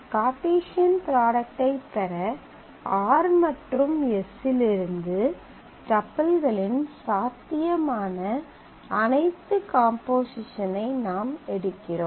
Cartesian product ஐப் பெற r மற்றும் s இலிருந்து டப்பிள்களின் சாத்தியமான அனைத்து காம்போசிஷன் ஐ நாம் எடுக்கிறோம்